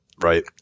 Right